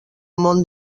mont